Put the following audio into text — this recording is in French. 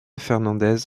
fernández